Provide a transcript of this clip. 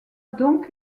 donc